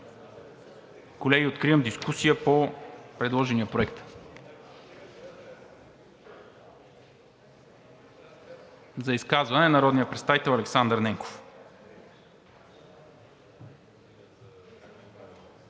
Колеги, откривам дискусията по предложения проект. За изказване – народният представител Александър Ненков.